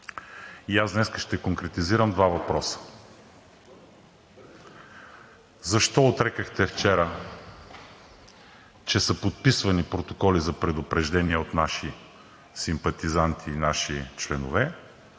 и аз днес ще конкретизирам два въпроса. Защо отрекохте вчера, че са подписвани протоколи за предупреждение от наши симпатизанти, наши членове